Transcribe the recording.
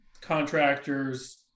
contractors